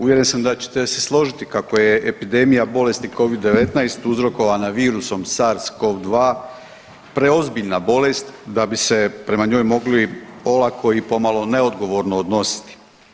Uvjeren sam da ćete se složiti kako je epidemija bolesti covid-19 uzrokovana virusom SARS CoV-2 preozbiljna bolest da bi se prema njoj mogli olako i pomalo neodgovorno odnositi.